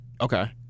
okay